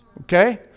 Okay